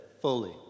fully